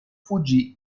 fuggì